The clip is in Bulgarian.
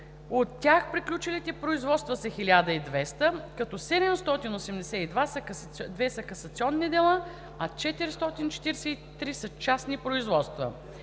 От тях приключилите производства са 1200 броя, като 782 са касационни дела, а 443 са частни производства.